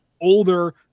older